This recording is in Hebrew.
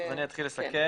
אני אתחיל לסכם.